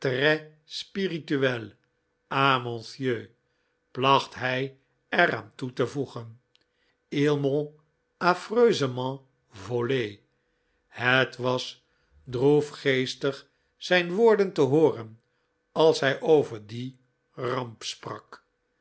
spirituelle ah monsieur placht hij er aan toe te voegen ils m'ont affreusement vole het was droefgeestig zijn woorden te hooren als hij over die ramp sprak